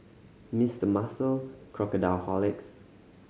Mister Muscle Crocodile Horlicks